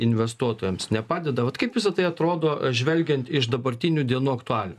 investuotojams nepadeda vat kaip visa tai atrodo žvelgiant iš dabartinių dienų aktualijų